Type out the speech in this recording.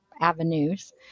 avenues